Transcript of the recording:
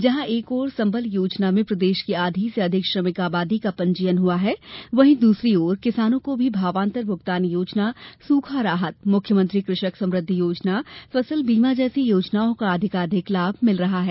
जहां एक ओर संबल योजना में प्रदेश की आधी से अधिक श्रमिक आबादी का पंजीयन हआ है वहीं दूसरी ओर किसानों को भी भावांतर भूगतान योजना सूखा राहत मुख्यमंत्री कृषक समृद्धि योजना फसल बीमा जैसी योजनाओं का अधिकाधिक लाभ मिल रहा है